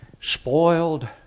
Spoiled